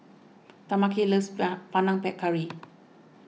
Tameka loves Panang Curry